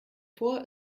vor